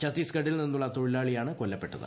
ഛത്തീസ്ഗഡിൽ നിന്നുള്ള തൊഴിലാളിയാണ് കൊല്പപ്പെട്ടത്